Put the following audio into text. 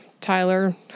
Tyler